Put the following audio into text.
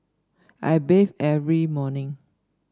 I bathe every morning